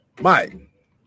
Mike